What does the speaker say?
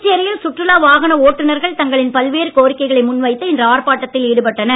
புதுச்சேரியில் சுற்றுலா வாகன ஓட்டுனர்கள் தங்களின் பல்வேறு கோரிக்கைகளை முன்வைத்து இன்று ஆர்ப்பாட்டத்தில் ஈடுபட்டனர்